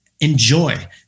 enjoy